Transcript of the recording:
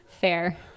Fair